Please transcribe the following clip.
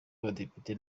abadepite